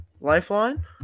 Lifeline